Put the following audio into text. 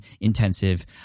intensive